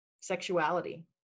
sexuality